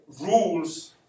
rules